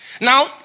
Now